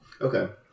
Okay